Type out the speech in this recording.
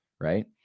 right